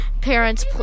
Parents